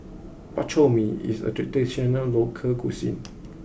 Bak Chor Mee is a traditional local cuisine